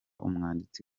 umwanditsi